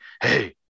hey